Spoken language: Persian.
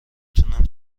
تونم